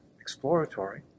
exploratory